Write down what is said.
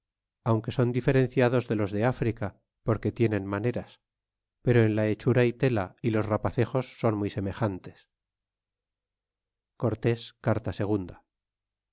aunque d son diferenciados de los de africa porque tienen maneras pero en la hechura y tela y los rapacejos son muy semejables a cortés carta